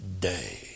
day